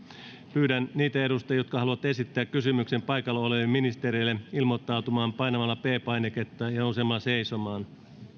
pyydän niitä edustajia jotka haluavat esittää kysymyksen paikalla olevalle ministerille ilmoittautumaan painamalla p painiketta ja nousemalla seisomaan